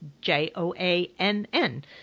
J-O-A-N-N